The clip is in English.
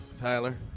Tyler